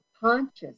conscious